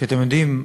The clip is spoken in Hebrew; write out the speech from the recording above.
כי אתם יודעים,